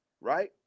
right